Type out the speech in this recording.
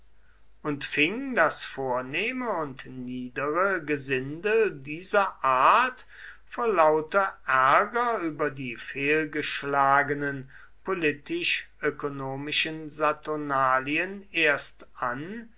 und fing das vornehme und niedere gesindel dieser art vor lauter ärger über die fehlgeschlagenen politisch ökonomischen saturnalien erst an